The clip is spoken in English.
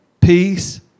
peace